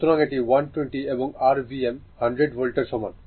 সুতরাং এটি 120 এবং r Vm 100 ভোল্টের সমান